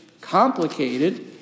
complicated